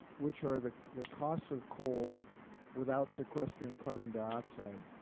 which are the the cost of coal without sequestering carbon dioxide.